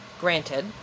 granted